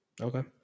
Okay